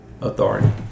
authority